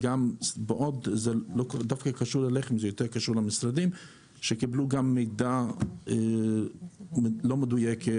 שהם קיבלו מידע לא מדויק,